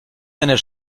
deiner